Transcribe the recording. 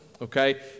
okay